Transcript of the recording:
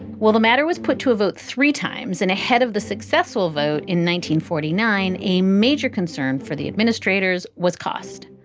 well, the matter was put to a vote three times and ahead of the successful vote in nineteen forty nine. a major concern for the administrators was cost.